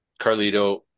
Carlito